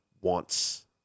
wants